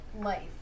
life